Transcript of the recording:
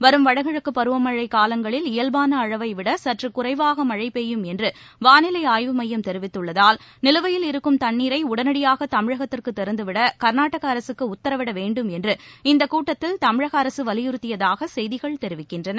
வரும் வடகிழக்குப் பருவமழைக் காலங்களில் இயல்பான அளவைவிட சற்று குறைவாக மழை பெய்யும் என்று வானிலை ஆய்வு மையம் தெரிவித்துள்ளதால் நிலுவையில் இருக்கும் தண்ணீரை உடனடியாக தமிழகத்திற்கு திறந்துவிட கர்நாடக அரசுக்கு உத்தரவிட வேண்டும் என்று இந்தக் கூட்டத்தில் தமிழக அரசு வலியுறுத்தியதாக செய்திகள் தெரிவிக்கின்றன